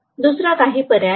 दुसरा काही पर्याय नाही